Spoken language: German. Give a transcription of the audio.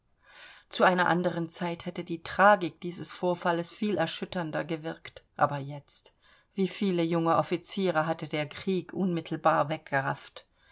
zu einer anderen zeit hätte die tragik dieses vorfalls viel erschütternder gewirkt aber jetzt wie viele junge offiziere hatte der krieg unmittelbar weggerafft